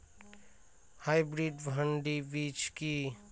Hybrid ভীন্ডি বীজ কি?